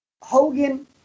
Hogan